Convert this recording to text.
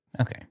Okay